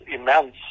immense